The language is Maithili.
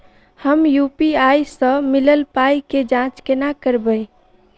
हम यु.पी.आई सअ मिलल पाई केँ जाँच केना करबै?